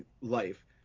life